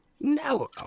no